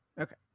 Okay